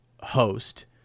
host